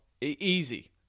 Easy